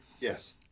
Yes